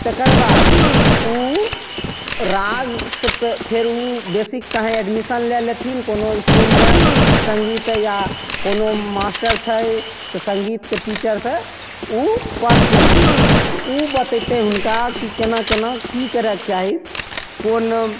तकरबाद उ राग फेर उ बेसी कहीं एडमिशन लए लेथिन कोनो इसकुलमे संगीत या कोनो मास्टर छै तऽ संगीतके टीचरसँ उ पढ़थिन उ बतैतै हुनका कि केना केना की करय के चाही कोन